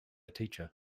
teacher